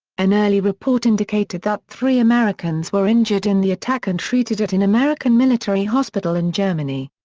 an early report indicated that three americans were injured in the attack and treated at an american military hospital in germany.